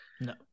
No